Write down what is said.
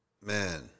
man